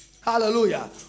Hallelujah